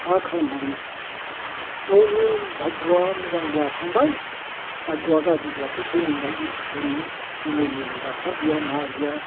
मा खालामबावनो गावनि भाग्या मोजांब्ला थांबाय भाग्या गाज्रिबाथ' थैनांबाय बियो ओरैनो लेलाय लेलाय ड'क्टर गैया मा गैया